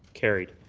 carried.